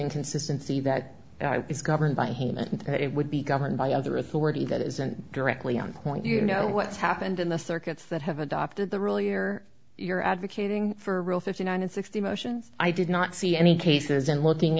inconsistency that is governed by him and it would be governed by other authority that isn't directly on point you know what's happened in the circuits that have adopted the rule you're you're advocating for rule fifty nine and sixty motions i did not see any cases in looking